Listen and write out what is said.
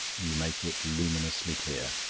you make it luminously clear.